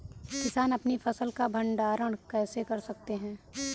किसान अपनी फसल का भंडारण कैसे कर सकते हैं?